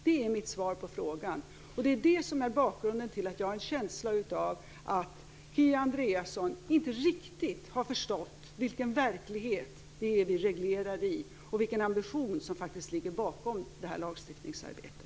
Det är mitt svar på frågan, och det är bakgrunden till att jag har en känsla av att Kia Andreasson inte riktigt har förstått vilken verklighet vi reglerar i och vilken ambition som faktiskt ligger bakom det här lagstiftningsarbetet.